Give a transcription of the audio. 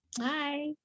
Hi